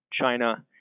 China